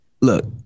look